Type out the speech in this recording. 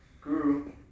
Guru